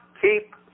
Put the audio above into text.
keep